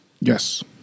Yes